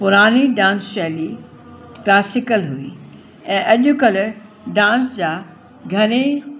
पुरानी डांस शैली क्लासिकल हुई ऐं अॼुकल्ह डांस जा घणेई